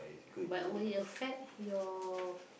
but will it affect your